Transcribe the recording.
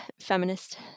feminist